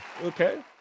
Okay